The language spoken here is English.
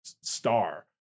star